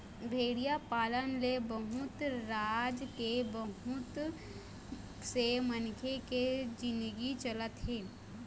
भेड़िया पालन ले बहुत राज के बहुत से मनखे के जिनगी चलत हे